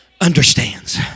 understands